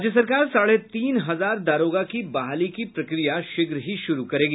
राज्य सरकार साढ़े तीन हजार दारोगा की बहाली की प्रक्रिया शीघ्र ही शुरू करेगी